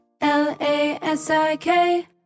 L-A-S-I-K